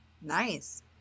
Nice